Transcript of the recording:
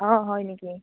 অঁ হয় নেকি